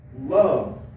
Love